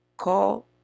Call